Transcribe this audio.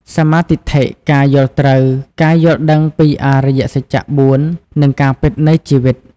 សម្មាទិដ្ឋិ ការយល់ត្រូវ ការយល់ដឹងពីអរិយសច្ច ៤ និងការពិតនៃជីវិត។